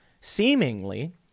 seemingly